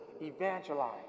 evangelize